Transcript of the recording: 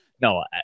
no